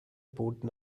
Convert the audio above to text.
boten